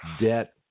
debt